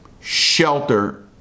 shelter